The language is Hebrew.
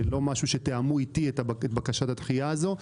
לא תיאמו איתי את בקשת הדחייה הזאת.